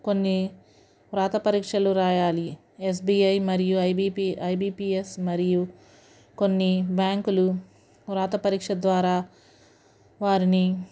కొన్ని వ్రాత పరీక్షలు వ్రాయాలి ఎస్బిఐ మరియు ఐబీపీ ఐబీపీఎస్ మరియు కొన్ని బ్యాంకులు వ్రాత పరీక్ష ద్వారా వారిని